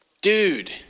Dude